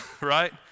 right